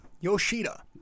Yoshida